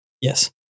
Yes